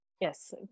yes